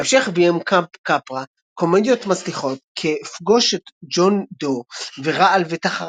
בהמשך ביים קפרה קומדיות מצליחות כ"פגוש את ג'ון דו" ו"רעל ותחרה".